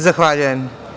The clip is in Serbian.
Zahvaljujem.